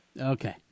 Okay